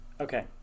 okay